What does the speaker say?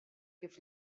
kif